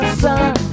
sun